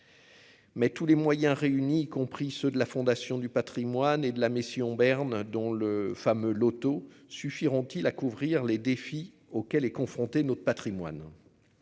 Mais tous les moyens réunis, y compris ceux de la Fondation du Patrimoine et de la mission Bern dont le fameux lotos suffiront-ils à couvrir les défis auxquels est confronté notre Patrimoine :